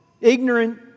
Ignorant